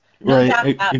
Right